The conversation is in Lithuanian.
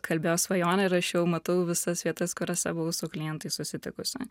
kalbėjo svajonė ir aš jau matau visas vietas kuriose buvau su klientais susitikusi